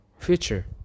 future